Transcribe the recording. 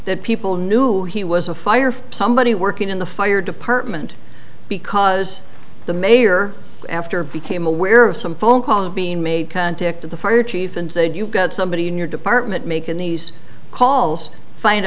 that people knew he was a fire somebody working in the fire department because the mayor after became aware of some phone calls being made contacted the fire chief and said you've got somebody in your department making these calls find